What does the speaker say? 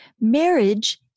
Marriage